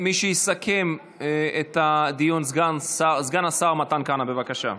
מי שיסכם את הדיון הוא סגן השר מתן כהנא, בבקשה.